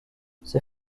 ces